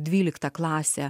dvyliktą klasę